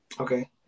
Okay